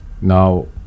Now